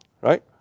right